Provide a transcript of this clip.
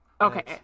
okay